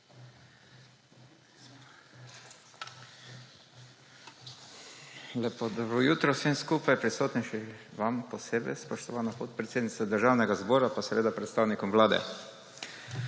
Lepo dobro jutro vsem skupaj prisotnim, še posebej vam, spoštovana podpredsednica Državnega zbora, pa seveda predstavnikom Vlade!